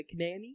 McNanny